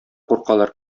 куркалар